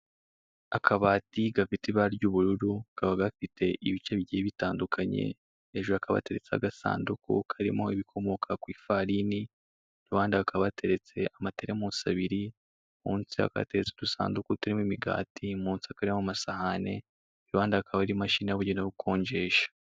Akabati gafite ibara ry'ubururu, kakaba gafite ibice bigiye bitandukanye; hejuru hakaba hateretse agasanduku karimo ibikomoka ku ifarini, iruhande hakaba hateretse amateremusi abiri, munsi hakaba hateretse udusanduku turimo imikati, munsi hakaba harimo amasahani, iruhande hakaba hari imashini yabugenewe yo gukonjesha.